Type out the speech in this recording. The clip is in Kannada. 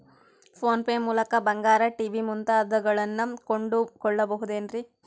ಫೋನ್ ಪೇ ಮೂಲಕ ಬಂಗಾರ, ಟಿ.ವಿ ಮುಂತಾದವುಗಳನ್ನ ಕೊಂಡು ಕೊಳ್ಳಬಹುದೇನ್ರಿ?